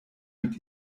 mit